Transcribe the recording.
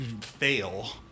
fail